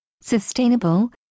Sustainable